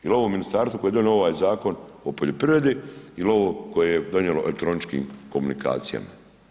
Je li ovo ministarstvo koje je donijelo ovaj Zakon o poljoprivredi ili ovo koje je donijelo o elektroničkim komunikacijama?